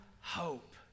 hope